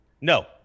No